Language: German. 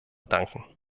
danken